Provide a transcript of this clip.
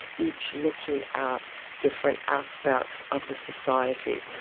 each looking at different aspects of the society.